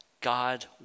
God